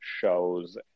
shows